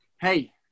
Hey